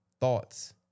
thoughts